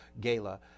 gala